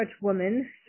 woman